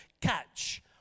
catch